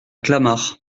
clamart